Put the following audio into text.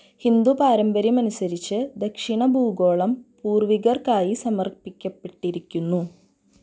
ഹിന്ദുപാരമ്പര്യമനുസരിച്ച് ദക്ഷിണഭൂഗോളം പൂർവ്വികർക്കായി സമർപ്പിക്കപ്പെട്ടിരിക്കുന്നു